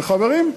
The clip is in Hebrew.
וחברים,